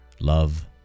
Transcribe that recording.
love